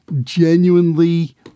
genuinely